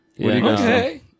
Okay